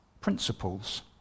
Principles